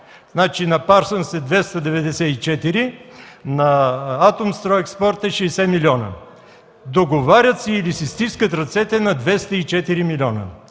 Значи на „Парсънс” е 294, на „Атомстройекспорт” е 60 милиона. Договарят се или си стискат ръцете на 204 милиона